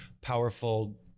powerful